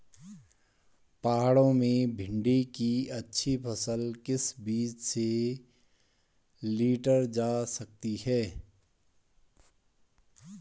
पहाड़ों में भिन्डी की अच्छी फसल किस बीज से लीटर जा सकती है?